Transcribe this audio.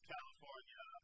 California